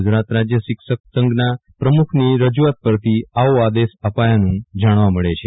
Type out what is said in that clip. ગજરાત રાજય શિક્ષકસંઘના પમખની રજૂઆત પરથી આવો આદેશ અપાયાનં જાણવા મળ છે